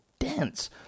dense